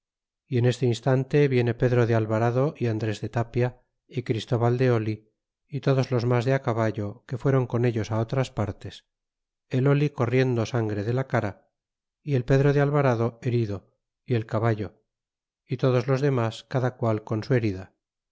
y en este instante viene pedro de alvarado é andrés de tapia y christúbal de oh y todos los mas de caballo que fuéron con ellos a otras partes el oli corriendo sangre de la cara y el pedro de alvarado herido y el caballo y todos los demas cada qual con su herida